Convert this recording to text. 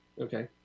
Okay